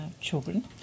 children